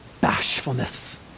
bashfulness